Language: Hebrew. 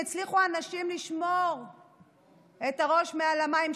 הצליחו האנשים לשמור את הראש מעל המים,